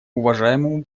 уважаемому